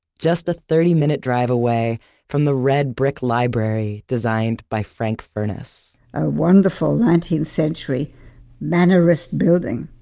just a thirty minute drive away from the red brick library designed by frank furness a wonderful nineteenth century mannerist building.